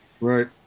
Right